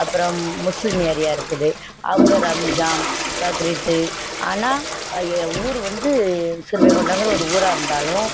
அப்புறம் Muslim area இருக்குது அவங்க ரம்ஜான் பக்ரீத்து ஆனால் ஏன் ஊர் வந்து ஸ்ரீவைகுண்டங்கிற ஒரு ஊராக இருந்தாலும்